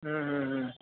हं हं हं